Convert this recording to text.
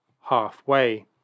halfway